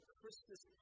Christmas